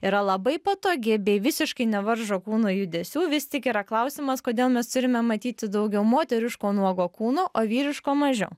yra labai patogi bei visiškai nevaržo kūno judesių vis tik yra klausimas kodėl mes turime matyti daugiau moteriško nuogo kūno o vyriško mažiau